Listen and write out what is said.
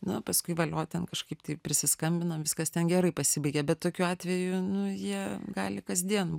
na paskui valio ten kažkaip tai prisiskambinam viskas ten gerai pasibaigė bet tokių atvejų nu jie gali kasdien